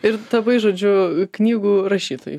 ir tapai žodžiu knygų rašytoju